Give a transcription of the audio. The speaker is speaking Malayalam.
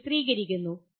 നിങ്ങൾ ചിത്രീകരിക്കുന്നു